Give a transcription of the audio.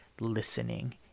listening